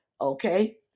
okay